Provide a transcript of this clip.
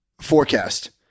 forecast